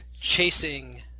chasing